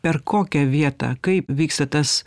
per kokią vietą kaip vyksta tas